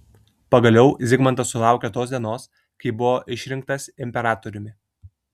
pagaliau zigmantas sulaukė tos dienos kai buvo išrinktas imperatoriumi